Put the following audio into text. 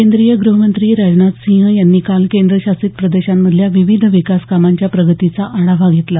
केंद्रीय गृहमंत्री राजनाथ सिंह यांनी काल केंद्रशासित प्रदेशांमधल्या विविध विकासकामांच्या प्रगतीचा आढावा घेतला